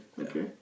Okay